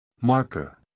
Marker